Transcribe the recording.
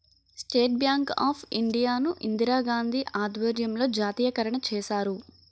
state bank of India ను ఇందిరాగాంధీ ఆధ్వర్యంలో జాతీయకరణ చేశారు